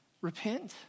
Repent